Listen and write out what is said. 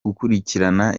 gukurikiranira